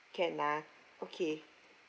can lah okay